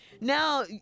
Now